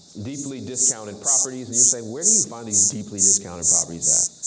deeply discounted properties. and you're saying, where do you find these deeply discounted properties at?